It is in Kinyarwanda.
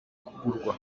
kugurwa